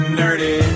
nerdy